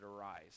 arise